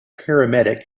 paramedic